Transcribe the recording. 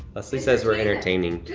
leslie says we're entertaining.